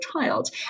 child